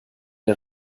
der